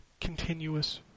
continuous